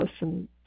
listen